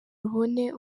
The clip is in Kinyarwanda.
rubone